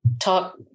talk